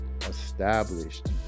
Established